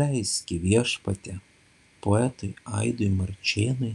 leiski viešpatie poetui aidui marčėnui